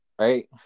Right